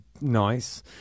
nice